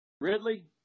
Ridley